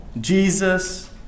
Jesus